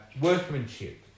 Workmanship